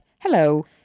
hello